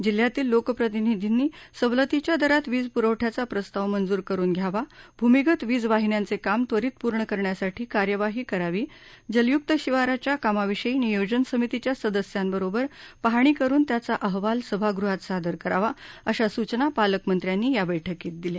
जिल्ह्यातील लोकप्रतिनिधींनी सवलतीच्या दरात वीजपुखठ्याचा प्रस्ताव मंजूर करून घ्यावा भूमिगत वीजवाहिन्यांचे काम त्वरित पूर्ण करण्यासाठी कार्यवाही करावी जलयूक्त शिवारच्या कामांविषयी नियोजन समितीच्या सदस्यांबरोबर पाहणी करुन त्याचा अहवाल सभागृहात सादर करावा अशा सूचना पालकमंत्र्यांनी या बैठकीत दिल्या